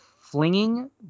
flinging